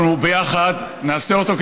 ביחד נעשה אותו,